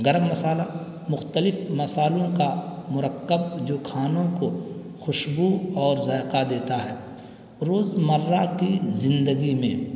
گرم مسالہ مختلف مسالوں کا مرکب جو کھانوں کو خوشبو اور ذائقہ دیتا ہے روز مرہ کی زندگی میں